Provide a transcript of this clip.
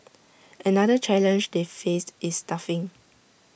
another challenge they faced is staffing